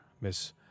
Miss